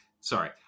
sorry